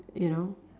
you know